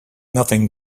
nothing